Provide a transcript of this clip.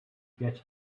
get